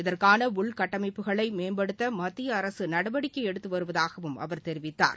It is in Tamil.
இதற்காக உள்கட்டமைப்புகளை மேம்படுத்த மத்திய அரசு நடவடிக்கை எடுத்து வருவதாகவும் அவர் தெரிவித்தார்